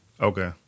Okay